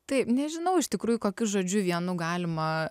taip nežinau iš tikrųjų kokiu žodžiu vienu galima